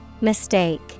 Mistake